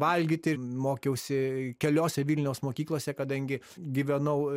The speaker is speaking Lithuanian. valgyti mokiausi keliose vilniaus mokyklose kadangi gyvenau